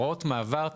הוראות מעבר,